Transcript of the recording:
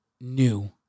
new